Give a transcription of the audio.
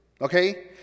Okay